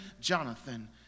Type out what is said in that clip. Jonathan